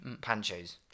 Pancho's